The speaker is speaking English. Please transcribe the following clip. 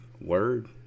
word